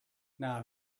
now